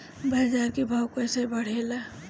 बाजार के भाव कैसे बढ़े ला?